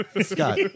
Scott